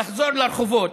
תחזור לרחובות,